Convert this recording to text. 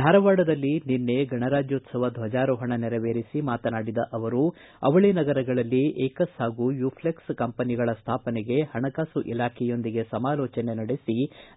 ಧಾರವಾಡದಲ್ಲಿ ನಿನ್ನೆ ಗಣರಾಜ್ಗೋತ್ತವ ಧಜಾರೋಹಣ ನೆರವೇರಿಸಿ ಮಾತನಾಡಿದ ಅವರು ಅವಳಿ ನಗರಗಳಲ್ಲಿ ಏಕಸ್ ಹಾಗೂ ಯುಫ್ಲೆಕ್ಸ್ ಕಂಪನಿಗಳ ಸ್ಥಾಪನೆಗೆ ಪಣಕಾಸು ಇಲಾಖೆಯೊಂದಿಗೆ ಸಮಾಲೋಚನೆ ನಡೆಸಿ